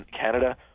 Canada